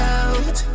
out